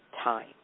time